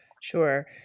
Sure